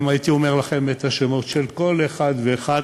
הייתי אומר לכם את השמות של כל אחד ואחד,